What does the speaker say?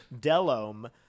delome